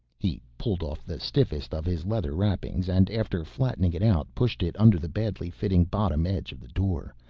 he pulled off the stiffest of his leather wrappings and after flattening it out pushed it under the badly fitting bottom edge of the door,